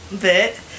bit